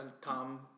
Tom